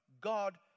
God